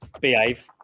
Behave